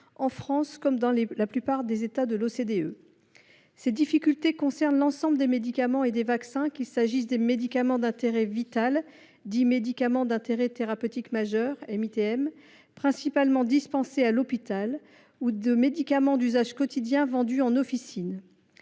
en France comme dans la plupart des États de l’OCDE. Ces difficultés concernent l’ensemble des médicaments et des vaccins, qu’il s’agisse de médicaments d’intérêt vital, dits médicaments d’intérêt thérapeutique majeur (MITM), principalement dispensés à l’hôpital, ou de médicaments d’usage quotidien vendus en officine.